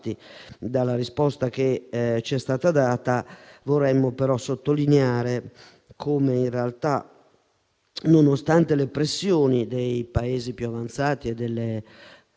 dalla risposta che ci è stata data. Vorremmo però sottolineare come in realtà, nonostante le pressioni dei Paesi più avanzati, delle